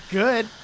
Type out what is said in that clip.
good